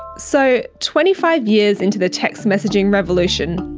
so twenty five years into the text messaging revolution,